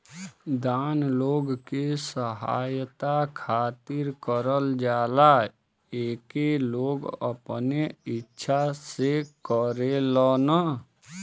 दान लोग के सहायता खातिर करल जाला एके लोग अपने इच्छा से करेलन